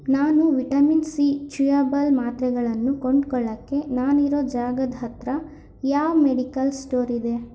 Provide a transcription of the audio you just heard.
ನಾನು vitamin C chewable ಮಾತ್ರೆಗಳನ್ನು ಕೊಂಡ್ಕೊಳ್ಳೋಕ್ಕೆ ನಾನಿರೋ ಜಾಗದ ಹತ್ತಿರ ಯಾವ ಮೆಡಿಕಲ್ ಸ್ಟೋರ್ ಇದೆ